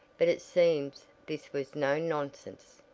but it seems this was no nonsense.